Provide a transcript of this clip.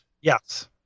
Yes